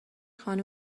خانم